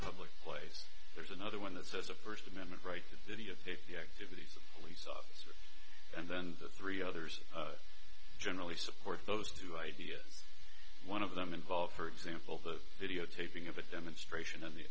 public place there's another one that says a first amendment right to videotape the activities we saw first and then the three others generally support those two ideas one of them involved for example the videotaping of a demonstration in the